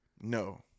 no